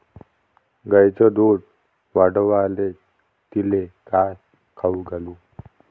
गायीचं दुध वाढवायले तिले काय खाऊ घालू?